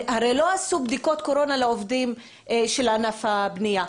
הרי לא עשו בדיקות קורונה לעובדים של ענף הבנייה,